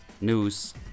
news